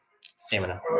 stamina